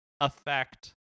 affect